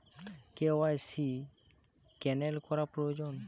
KYC cancel করা প্রয়োজন?